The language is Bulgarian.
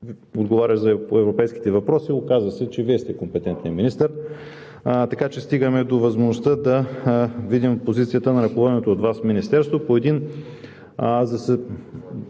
отговарящ по европейските въпроси. Оказа се, че Вие сте компетентният министър. Така че стигаме до възможността да видим позицията на ръководеното от Вас министерство